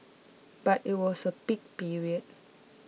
but it was a peak period